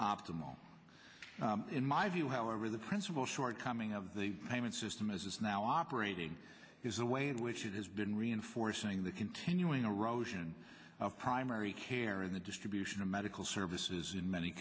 optimal in my view however the principal shortcoming of the payment system is now operating is the way in which it has been reinforcing the continuing erosion of primary care in the distribution of medical services in many